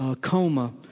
coma